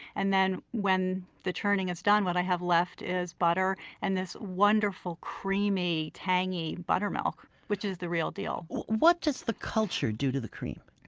and when the churning is done, what i have left is butter and this wonderful creamy, tangy buttermilk, which is the real deal what does the culture do to the cream?